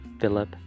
Philip